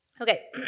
Okay